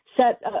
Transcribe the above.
set